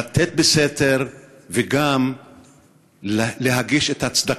וזו הסיבה שגם אני,